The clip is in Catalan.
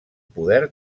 poder